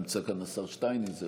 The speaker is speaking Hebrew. נמצא כאן השר שטייניץ.